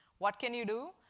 what can you do?